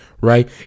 right